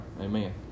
Amen